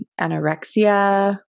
anorexia